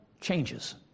changes